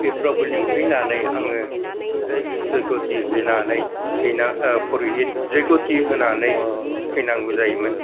बेफोरावबो लिंफैनानै आङो जग्यहति हैनानै हैना पुरहित जग्यहति होनानै फैनांगौ जायोमोन